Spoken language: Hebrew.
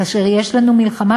כאשר יש לנו מלחמה,